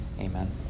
Amen